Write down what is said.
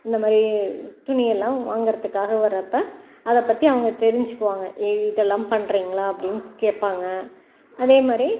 இந்த மாதிரி துணி எல்லாம் வாங்கிறதுக்காக வரப்போ அதை பற்றி அவங்க தெரிஞ்சுக்குவாங்க ஏய் இதெல்லாம் பண்ணுறிங்களா அப்படின்னு கேட்பாங்க அதேமாதிரி